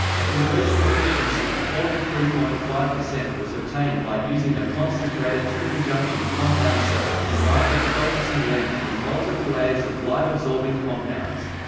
a conversion efficiency of forty three point five was obtained by using a concentrator triple-junction compound cell, combining a focusing lens with multiple layers of light-absorbing compounds.